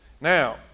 Now